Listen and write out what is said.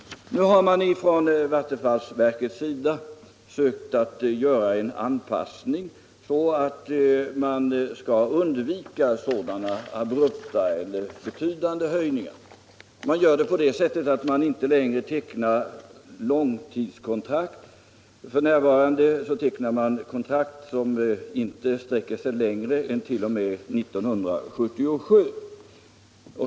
Nu har man från vattenfallsverkets sida sökt göra en anpassning så att man skall undvika sådana abrupta eller betydande höjningar. Man gör det på det sättet att man inte längre tecknar långtidskontrakt. F. n. tecknar man kontrakt som inte sträcker sig längre än t.o.m. 1977.